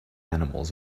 animals